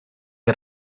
que